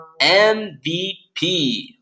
MVP